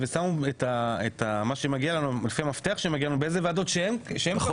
ושמו את מה שמגיע לנו באיזה ועדות שהם רצו.